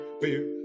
Beer